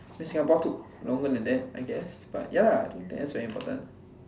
then Singapore took longer than that I guess but ya lah that's very important